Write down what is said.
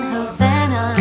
Havana